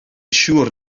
siŵr